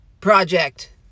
project